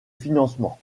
financements